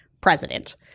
president